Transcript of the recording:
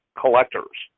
collectors